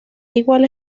igual